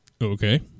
Okay